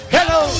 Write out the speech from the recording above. Hello